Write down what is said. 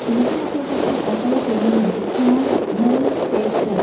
មនុស្សខ្លះចូលចិត្តផឹកកាហ្វេជាមួយអ្នកជិតខាងនៅពេលព្រឹក។